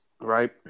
right